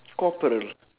corporal